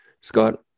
Scott